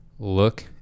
look